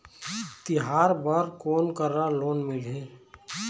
तिहार बर कोन करा लोन मिलही?